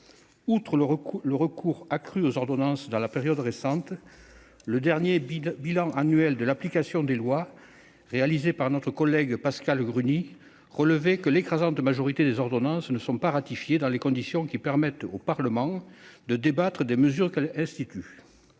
Outre le recours accru aux ordonnances dans la période récente, le dernier bilan annuel de l'application des lois, réalisé par notre collègue Pascale Gruny, relevait que l'écrasante majorité des ordonnances ne sont pas ratifiées dans des conditions permettant au Parlement de débattre des mesures qu'elles instituent.